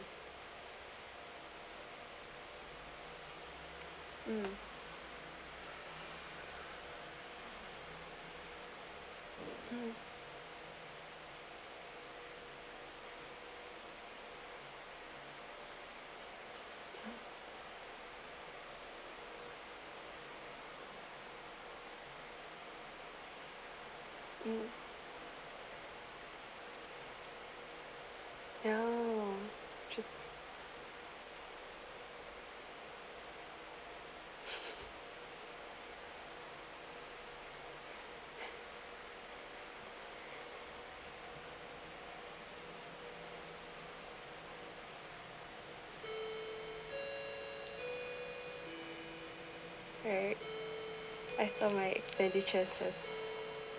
um um ya right I thought my expenditures was